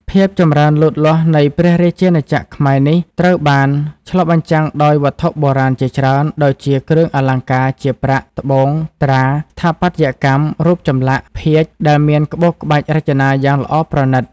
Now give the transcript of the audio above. ភាពចម្រើនលូតលាស់នៃព្រះរាជាណាចក្រខ្មែរនេះ ត្រូវបានឆ្លុះបញ្ចាំងដោយ វត្ថុបុរាណជាច្រើន ដូចជាគ្រឿងអលង្ការជា ប្រាក់ ត្បូង ត្រា ស្ថាបត្យកម្ម រូបចម្លាក់ ភាជន៍ ដែលមាន ក្បូរក្បាច់រចនាយ៉ាងល្អប្រណិត ។